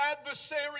adversary